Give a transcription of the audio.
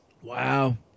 Wow